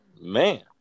Man